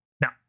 Now